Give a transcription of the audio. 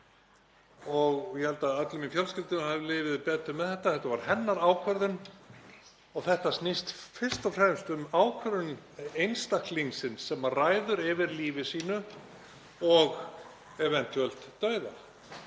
Ég held að öllum í fjölskyldunni hafi liðið betur með þetta. Þetta var hennar ákvörðun. Þetta snýst fyrst og fremst um ákvörðun einstaklingsins sem ræður yfir lífi sínu og „eventúelt“ dauða.